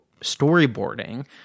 storyboarding